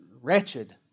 wretched